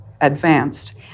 advanced